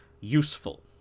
useful